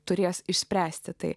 turės išspręsti tai